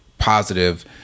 positive